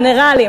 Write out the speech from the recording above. מינרלים,